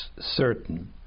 certain